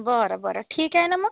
बरं बरं ठीक आहे ना मग